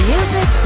Music